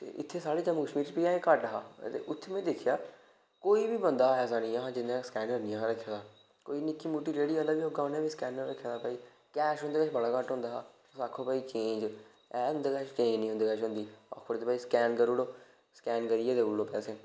ते इत्थै साढे़ जम्मू कश्मीर च अजें घट्ट हा ते उत्थै में दिक्खेआ कोई बी बंदा ऐसा नेईं हा जिसनै स्कैनर निं हा रक्खे दा कोई निक्की मुट्टी रेह्डी आह्ला बी होग उ'न्नै बी स्कैनर रक्खे दा कैश उं'दे कश बड़ा घट्ट होंदा हा अगर तुस आखो भाई चेंज चेंज ऐ उं'दे कश पर ओह् आखदे भाई स्कैन करी ओडो स्कैन करियै देई ओड़ो पैसे